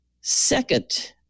Second